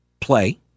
play